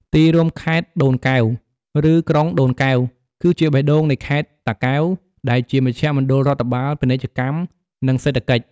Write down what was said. ទីរួមខេត្តដូនកែវ ឬក្រុងដូនកែវ គឺជាបេះដូងនៃខេត្តតាកែវ ដែលជាមជ្ឈមណ្ឌលរដ្ឋបាល ពាណិជ្ជកម្ម និងសេដ្ឋកិច្ច។